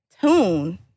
tune